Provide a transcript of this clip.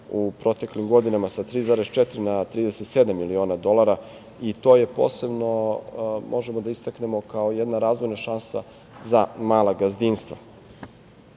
u proteklih godinama sa 3,4 na 37 miliona dolara i to je posebno možemo da istaknemo kao jedna razvojna šansa za mala gazdinstva. Ovakve